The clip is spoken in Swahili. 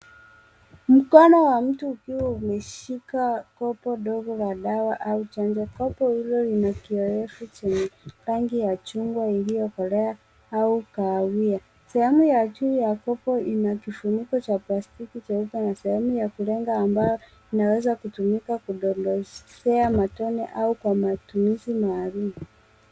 Mkono wa mtu ukiwa umeshika kopo dogo la dawa au chanjo. Kopo hilo ni ya kiyoyezi chenye rangi ya chungwa iliyokolea au kahawia. Sehemu ya juu ya kopo ina kifuniko cha plastiki, cheupe na sehemu ya kulenga ambayo inaweza kutumika kudondoshea matone au kwa matumizi maalum.